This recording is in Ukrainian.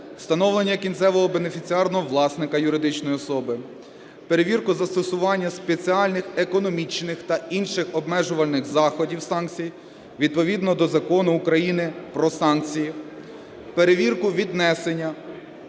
встановлення кінцевого бенефіціарного власника - юридичної особи, перевірку застосування спеціальних економічних та інших обмежувальних заходів (санкцій) відповідно до Закону України "Про санкції", перевірку віднесення